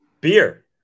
beer